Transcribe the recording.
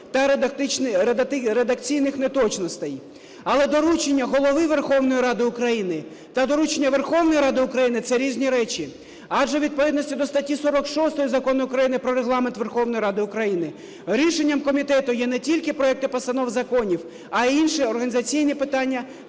та редакційних неточностей. Але доручення Голови Верховної Ради України та доручення Верховної Ради України – це різні речі. Адже у відповідності до статті 46 Закону України "Про Регламент Верховної Ради України" рішенням комітету є не тільки проекти постанов законів, а й інші організаційні питання